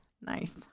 nice